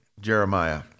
Jeremiah